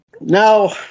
now